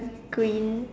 green